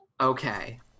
okay